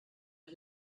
ich